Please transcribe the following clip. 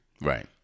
Right